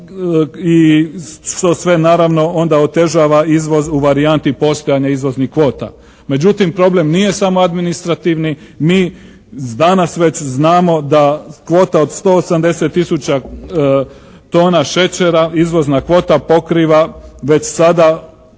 i što sve naravno onda otežava izvoz u varijanti postojanja izvoznih kvota. Međutim, problem nije samo administrativni. Mi danas već znamo da kvota od 170 tisuća tona šećera, izvozna kvota pokriva već sada